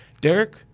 Derek